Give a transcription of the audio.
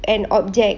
an object